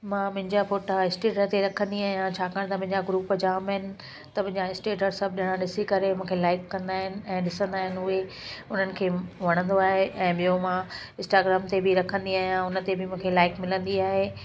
मां मुंहिंजा फ़ोटा स्टेट ते रखंदी आहियां छाकाणि त मुंहिंजा ग्रूप जामु आहिनि त मुंहिंजा स्टेट जामु ॼणा ॾिसी करे मूंखे लाईक कंदा आहिनि उहे उन्हनि खे वणंदो आहे ऐं ॿियो मां इस्टाग्राम ते बि रखंदी आहियां उन ते बि मूंखे लाईक मिलंदी आहे